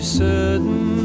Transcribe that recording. certain